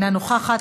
אינה נוכחת,